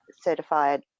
Certified